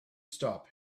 stop